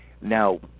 now